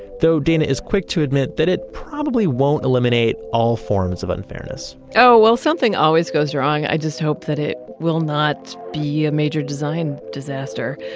though, dana is quick to admit that it probably won't eliminate all forms of unfairness oh, well, something always goes wrong. i just hope that it will not be a major design disaster.